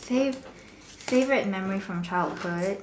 fave favourite memory from childhood